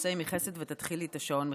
עשה עמי חסד ותתחיל לי את השעון מחדש.